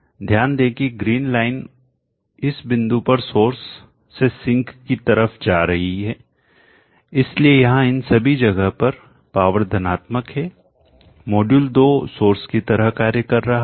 ध्यान दें कि ग्रीन लाइन इस बिंदु पर सोर्स से सिंक की तरफ जा रही है इसलिए यहां इन सभी जगह पर पावर धनात्मक है मॉड्यूल 2 सोर्स की तरह कार्य कर रहा है